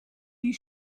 die